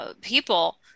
people